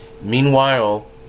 Meanwhile